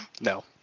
No